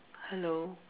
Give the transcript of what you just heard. hello